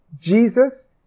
Jesus